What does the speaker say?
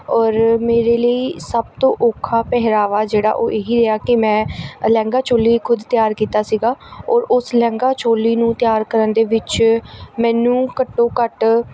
ਔਰ ਮੇਰੇ ਲਈ ਸਭ ਤੋਂ ਔਖਾ ਪਹਿਰਾਵਾ ਜਿਹੜਾ ਉਹ ਇਹ ਹੀ ਰਿਹਾ ਕਿ ਮੈਂ ਲਹਿੰਗਾ ਚੋਲੀ ਖੁਦ ਤਿਆਰ ਕੀਤਾ ਸੀਗਾ ਔਰ ਉਸ ਲਹਿੰਗਾ ਚੋਲੀ ਨੂੰ ਤਿਆਰ ਕਰਨ ਦੇ ਵਿੱਚ ਮੈਨੂੰ ਘੱਟੋ ਘੱਟ